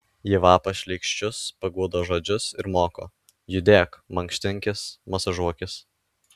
jie vapa šleikščius paguodos žodžius ir moko judėk mankštinkis masažuokis